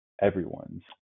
everyone's